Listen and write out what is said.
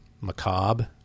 macabre